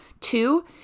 Two